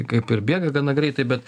kaip ir bėga gana greitai bet